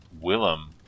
Willem